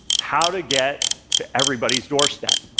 how to get to everybody's doorstep.